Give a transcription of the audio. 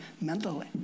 mentally